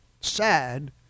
sad